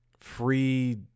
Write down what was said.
Free